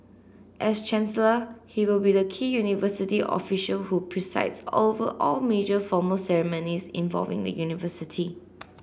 as chancellor he will be the key university official who presides over all major formal ceremonies involving the university